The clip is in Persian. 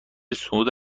صعود